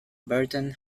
burton